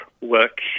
work